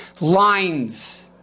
lines